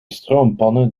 stroompanne